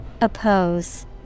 Oppose